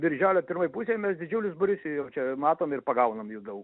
birželio pirmoj pusėj mes didžiulis būrys jau čia matom ir pagaunam jų daug